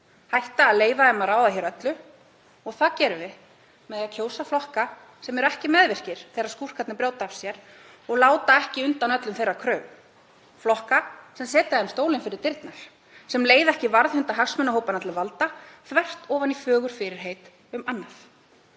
hætta að leyfa þeim að ráða hér öllu. Það gerum við með því að kjósa flokka sem eru ekki meðvirkir þegar skúrkarnir brjóta af sér og láta ekki undan öllum þeirra kröfum, flokka sem setja þeim stólinn fyrir dyrnar, sem leiða ekki varðhunda hagsmunahópanna til valda þvert ofan í fögur fyrirheit um annað,